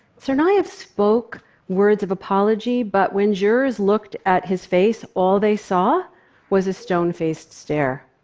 tsarnaev spoke words of apology, but when jurors looked at his face, all they saw was a stone-faced stare.